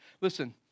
listen